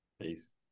Peace